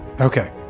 Okay